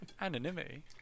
Anonymity